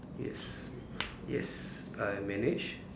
yes yes I manage